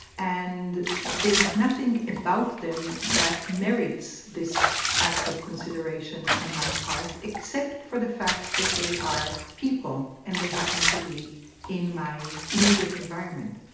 and there's nothing about them that merits this act of consideration on my part, except for the fact that they are people and they happen to be in my immediate environment.